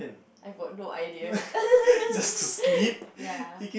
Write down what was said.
I've got no idea ya